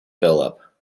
philip